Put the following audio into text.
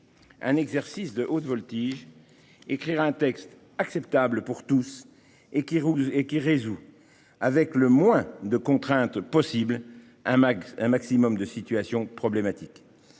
un exercice de haute voltige : écrire un texte qui soit acceptable pour tous et qui résolve, avec le moins de contraintes possible, un maximum de situations problématiques.